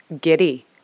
giddy